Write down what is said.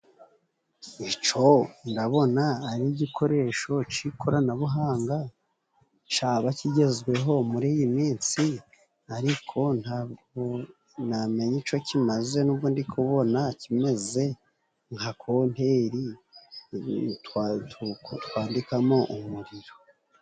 Icyo ndabona ari igikoresho cy' ikoranabuhanga cyaba kigezweho muri iyi minsi, ariko ntabwo namenya icyo kimaze, n'ubwo ndikubona kimeze nka konteri twandikamo umuriro.